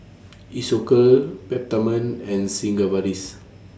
Isocal Peptamen and Sigvaris